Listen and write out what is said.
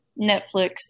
Netflix